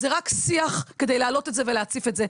זה רק שיח כדי להעלות את זה ולהציף את זה.